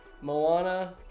Moana